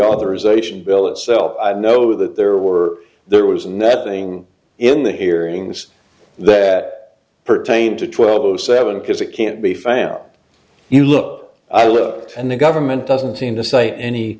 authorization bill itself i know that there were there was nothing in the hearings that pertained to twelve o seven because it can't be found you look i looked and the government doesn't seem to say any